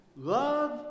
love